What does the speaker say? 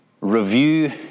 review